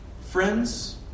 Friends